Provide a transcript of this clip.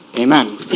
Amen